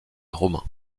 romains